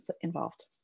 involved